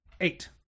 Eight